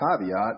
caveat